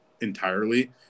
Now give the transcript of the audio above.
entirely